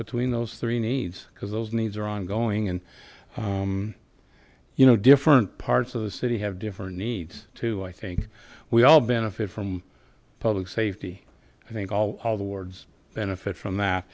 between those three needs because those needs are ongoing and you know different parts of the city have different needs to i think we all benefit from public safety i think all of the wards benefit from that